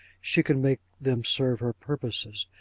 she can make them serve her purposes,